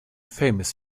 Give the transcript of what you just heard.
famous